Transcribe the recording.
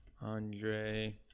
Andre